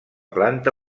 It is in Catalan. planta